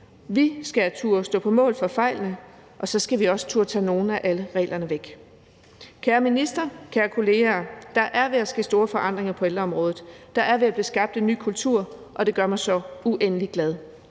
Vi skal turde stå på mål for fejlene, og så skal vi også turde tage nogle af alle reglerne væk. Kære minister, kære kollegaer: Der er ved at ske store forandringer på ældreområdet, der er ved at blive skabt en ny kultur, og det gør mig så uendelig glad.